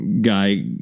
guy